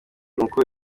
uko